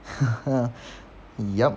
hmm yup